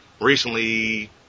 recently